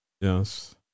Yes